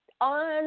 on